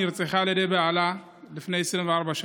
נרצחה על ידי בעלה לפני 24 שנים,